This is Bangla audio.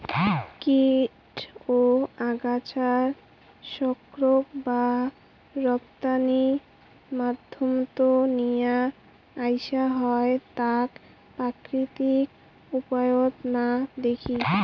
কীট ও আগাছার শত্রুক যা রপ্তানির মাধ্যমত নিয়া আইসা হয় তাক প্রাকৃতিক উপায়ত না দেখি